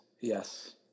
Yes